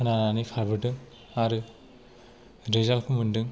लानानै खारबोदों आरो रिजाल्ट खौ मोन्दों